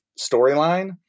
storyline